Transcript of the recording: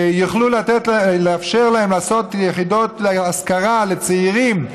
יאפשרו להם לעשות יחידות להשכרה לצעירים,